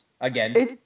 again